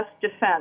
defense